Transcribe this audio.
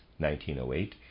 1908